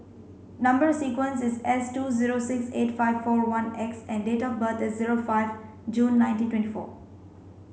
number sequence is S two zero six eight five four one X and date of birth is zero five June nineteen twenty four